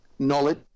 knowledge